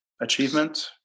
achievement